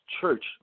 church